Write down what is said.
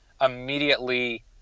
Immediately